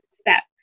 step